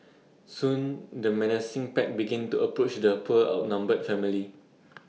soon the menacing pack begin to approach the poor outnumbered family